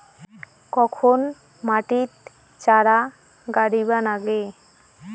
কখন মাটিত চারা গাড়িবা নাগে?